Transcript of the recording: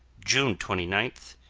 june twenty nine,